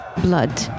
blood